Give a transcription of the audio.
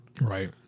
Right